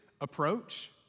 approach